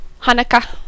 Hanukkah